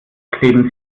kleben